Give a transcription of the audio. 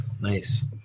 Nice